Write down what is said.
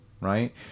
right